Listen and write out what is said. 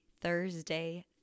Thursday